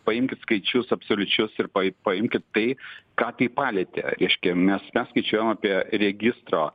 paimkit skaičius absoliučius ir pa paimkit tai ką tai palietė reiškia mes mes skaičiuojam apie registro